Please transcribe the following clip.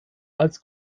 als